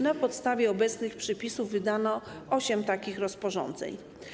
Na podstawie obecnych przepisów wydano osiem takich rozporządzeń.